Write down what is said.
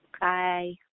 Bye